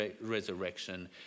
resurrection